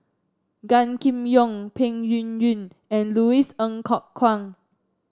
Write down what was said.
Gan Kim Yong Peng Yuyun and Louis Ng Kok Kwang